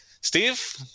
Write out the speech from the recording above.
Steve